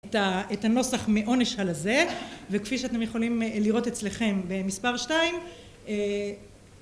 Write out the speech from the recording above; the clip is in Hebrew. את הנוסח מעונש על הזה וכפי שאתם יכולים לראות אצלכם במספר שתיים